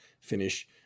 finish